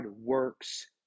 works